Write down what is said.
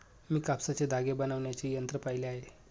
मी कापसाचे धागे बनवण्याची यंत्रे पाहिली आहेत